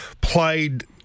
played